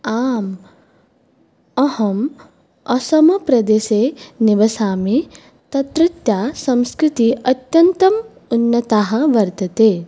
आम् अहम् असमप्रदेशे निवसामि तत्रत्या संस्कृति अत्यन्तम् उन्नताः वर्तते